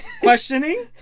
Questioning